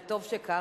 וטוב שכך,